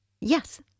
Yes